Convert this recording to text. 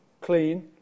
clean